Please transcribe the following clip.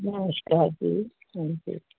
ਨਮਸਕਾਰ ਜੀ ਹਾਂਜੀ